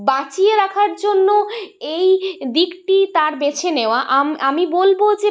বাঁচিয়ে রাখার জন্য এই দিকটি তাঁর বেছে নেওয়া আম আমি বলবো যে